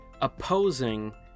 opposing